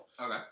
Okay